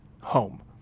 home